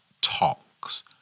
talks